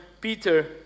Peter